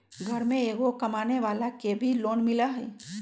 घर में एगो कमानेवाला के भी लोन मिलहई?